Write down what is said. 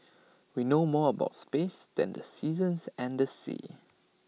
we know more about space than the seasons and the seas